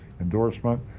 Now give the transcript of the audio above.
endorsement